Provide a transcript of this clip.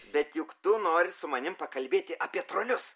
bet juk tu nori su manim pakalbėti apie trolius